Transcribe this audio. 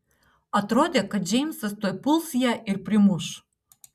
atrodė kad džeimsas tuoj puls ją ir primuš